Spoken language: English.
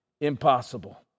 impossible